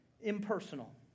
impersonal